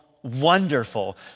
Wonderful